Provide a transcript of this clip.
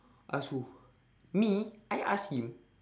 ask who me I ask you